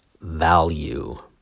value